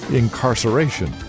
incarceration